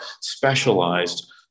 specialized